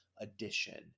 addition